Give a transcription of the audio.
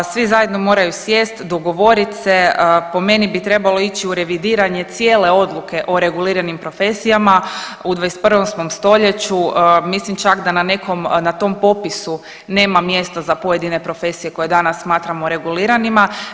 Svi zajedno moraju sjesti, dogovoriti se, po meni bi trebalo ići u revidiranje cijele odluke o reguliranim profesijama, u 21. smo stoljeću, mislim čak da na nekom na tom popisu nema mjesta za pojedine profesije koje danas smatramo reguliranima.